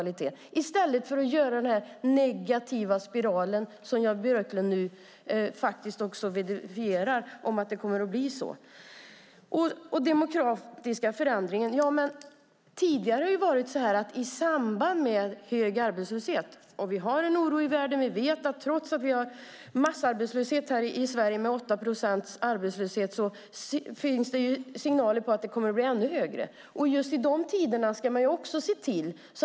I stället verifierar Jan Björklund denna negativa spiral. Sedan var det frågan om de demografiska förändringarna. Låt oss titta på hur det har varit i samband med hög arbetslöshet. Det är oroligt i världen. Trots att vi har en massarbetslöshet på 8 procent finns signaler på att arbetslösheten ska bli ännu högre. I sådana tider ska man satsa på utbildning.